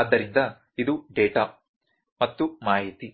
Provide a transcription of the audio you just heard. ಆದ್ದರಿಂದ ಇದು ಡೇಟಾ ಮತ್ತು ಮಾಹಿತಿ